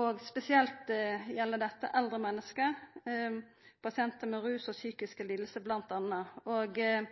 og spesielt gjeld dette eldre menneske og pasientar med rusproblem og psykiske